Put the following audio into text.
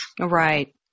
Right